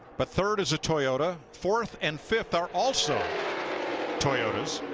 but third is a toyota, fourth and fifth are also toyotas.